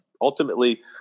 ultimately